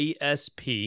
ASP